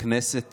כנסת